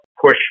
push